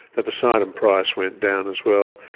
the poseidon price went down as well,